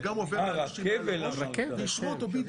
אבל גם עובר לאנשים על הראש ואישרו אותו בדיוק.